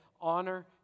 honor